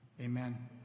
amen